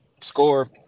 score